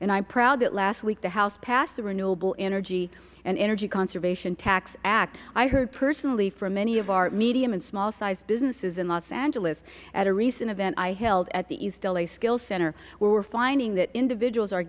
and i'm proud that last week the house passed the renewable energy and energy conservation tax act i heard personally from many of our medium and small sized businesses in los angeles at a recent event i held at the east la skill center where we're finding that individuals are